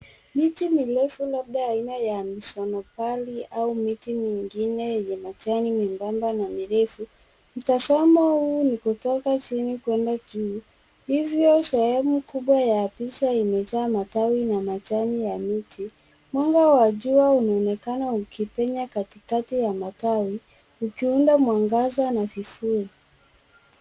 Miti mirefu labda ya aina ya misonopali au miti mingine yenye majani nyembamba na mirefu. Mtazamo huu ni kutoka chini kwenda juu, hivyo sehemu kubwa ya picha imejaa matawi na majani ya miti. Mwanga wa jua unaonekana ukipenya katikati ya matawi, ukiunda mwangaza na vivuli.